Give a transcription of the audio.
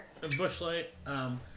Bushlight